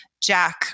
Jack